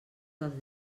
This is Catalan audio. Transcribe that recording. dels